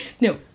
no